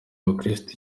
abakristo